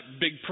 big